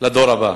לדור הבא.